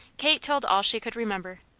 kate told all she could remember.